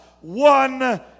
one